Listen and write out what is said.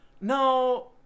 No